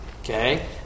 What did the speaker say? Okay